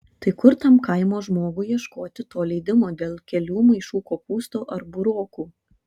tai kur tam kaimo žmogui ieškoti to leidimo dėl kelių maišų kopūstų ar burokų